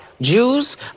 Jews